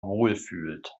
wohlfühlt